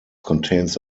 contains